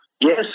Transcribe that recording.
yes